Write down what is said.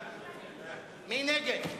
מי נגד?